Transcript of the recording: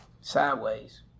Sideways